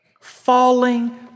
falling